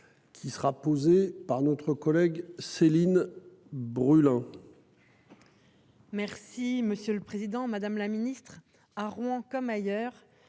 Qui sera posée par notre collègue Céline Brulin. Merci, monsieur le Président Madame la Ministre à Rouen comme ailleurs